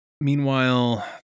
Meanwhile